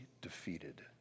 defeated